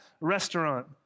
restaurant